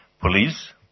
police